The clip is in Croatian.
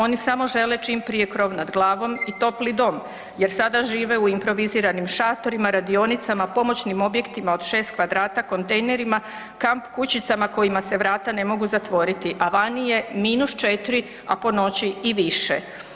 Oni samo žele čim prije krov nad glavom i topli dom jer sada žive u improviziranim šatorima, radionicama, pomoćnim objektima od šest kvadrata, kontejnerima, kamp kućicama kojima se vrata ne mogu zatvoriti, a vani je minus četiri, a po noći i više.